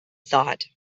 thought